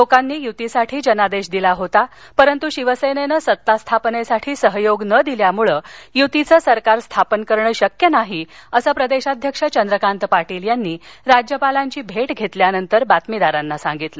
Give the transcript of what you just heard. लोकांनी यूतीसाठी जनादेश दिला होता परंतू शिवसेनेनं सत्ता स्थापनेसाठी सहयोग न दिल्यामुळं यूतीचं सरकार स्थापन करणं शक्य नाही असं प्रदेशाध्यक्ष चंद्रकांत पाटील यांनी राज्यपालांची भेट घेतल्यानंतर बातमीदारांना सांगितलं